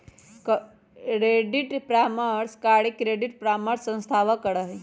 credit परामर्श के कार्य क्रेडिट परामर्श संस्थावह करा हई